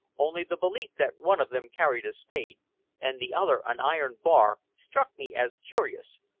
only the belief that one of them carried a spade and the other an iron bar struck me as curious,